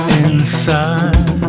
inside